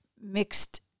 mixed